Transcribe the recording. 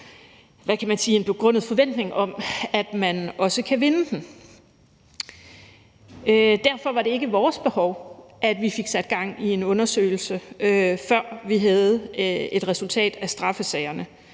en begrundet forventning om, at man også kan vinde den. Derfor var det ikke vores behov, at vi fik sat gang i en undersøgelse, før vi havde et resultat af straffesagerne.